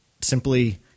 simply